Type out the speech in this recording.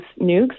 nukes